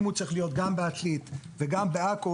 אם הוא צריך להיות גם בעתלית וגם בעכו,